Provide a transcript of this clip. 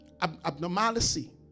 abnormality